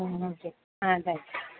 ம் okay ah thanks